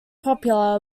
popular